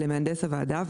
למהנדס הוועדה,